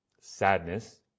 sadness